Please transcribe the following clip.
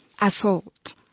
assault